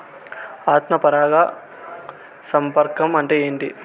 ఆత్మ పరాగ సంపర్కం అంటే ఏంటి?